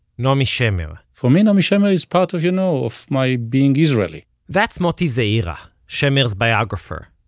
naomi shemer for me, naomi shemer is part of, you know, of my being israeli that's moti ze'ira, shemer's biographer.